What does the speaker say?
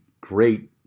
great